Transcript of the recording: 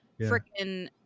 freaking